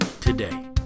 today